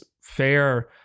fair